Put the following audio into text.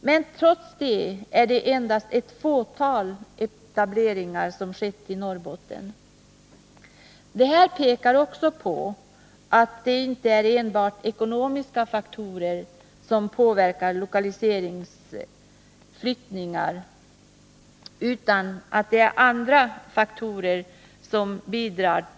Men trots det har endast ett fåtal etableringar skett i Norrbotten. Det pekar också på att icke enbart ekonomiska faktorer påverkar lokaliseringsflyttning utan att det också är andra faktorer som bidrar.